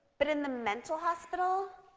but in the mental hospital,